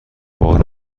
بار